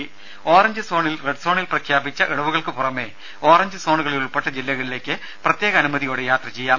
രുമ ഓറഞ്ച് സോണിൽ റെഡ് സോണിൽ പ്രഖ്യാപിച്ച ഇളവുകൾക്കു പുറമെ ഓറഞ്ച് സോണുകളിൽ ഉൾപ്പെട്ട ജില്ലകളിലേക്ക് പ്രത്യേക അനുമതിയോടെ യാത്ര ചെയ്യാം